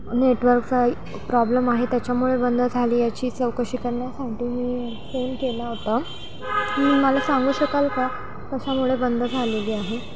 नेटवर्कचा प्रॉब्लम आहे त्याच्यामुळे बंद झाली याची चौकशी करण्यासाठी मी फोन केला होता मला सांगू शकाल का कशामुळे बंद झालेली आहे